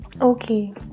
Okay